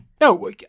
No